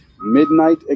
midnight